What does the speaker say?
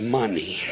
money